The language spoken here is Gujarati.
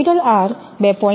તેથી R 2